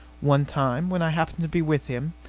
one time, when i happened to be with him,